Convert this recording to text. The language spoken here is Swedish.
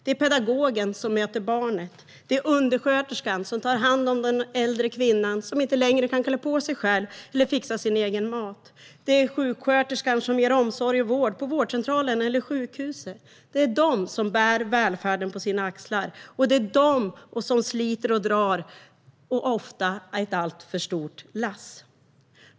Det är pedagogen som möter barnet. Det är undersköterskan som tar hand om och stöttar den gamla kvinnan som inte längre klarar av att klä på sig själv eller fixa sin egen mat. Det är sjuksköterskan som ger omsorg och vård på vårdcentralen eller sjukhuset. Det är de som bär välfärden på sina axlar, och det är de som sliter och drar ett ofta alltför stort lass.